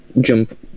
jump